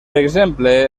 exemple